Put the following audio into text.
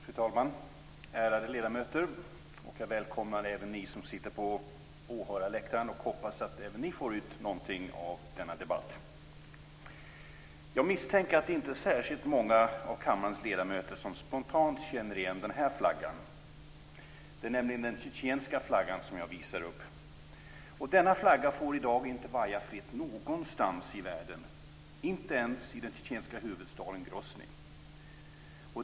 Fru talman och ärade ledamöter! Jag välkomnar även ni som sitter på åhörarläktaren, och jag hoppas att även ni får ut någonting av denna debatt. Jag misstänker att det inte är särskilt många av kammarens ledamöter som spontant känner igen den här flaggan. Det är nämligen den tjetjenska flaggan jag visar upp. Denna flagga får i dag inte vaja fritt någonstans i världen, inte ens i den tjetjenska huvudstaden Groznyj.